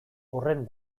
horren